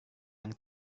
yang